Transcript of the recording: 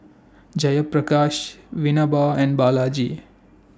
Jayaprakash Vinoba and Balaji